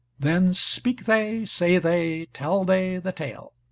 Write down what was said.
then speak they, say they, tell they the tale